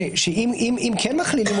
שאם כן נחליט,